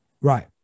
Right